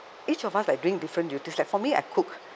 each of us like doing different duties like for me I cook